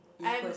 equal